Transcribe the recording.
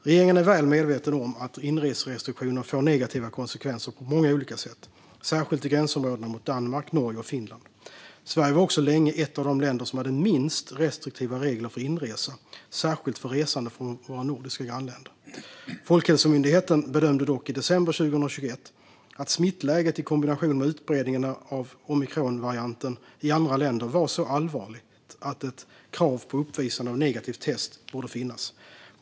Regeringen är väl medveten om att inreserestriktioner får negativa konsekvenser på många olika sätt, särskilt i gränsområdena mot Danmark, Norge och Finland. Sverige var också länge ett av de länder som hade minst restriktiva regler för inresa, särskilt för resande från våra nordiska grannländer. Folkhälsomyndigheten bedömde dock i december 2021 att smittläget i kombination med utbredningen av omikronvarianten i andra länder var så allvarligt att ett krav på uppvisande av negativt test borde finnas.